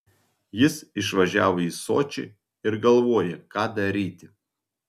jis išvažiavo į sočį ir galvoja ką daryti